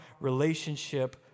relationship